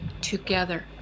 together